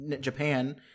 Japan